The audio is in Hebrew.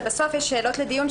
ובסוף יש שאלות לדיון,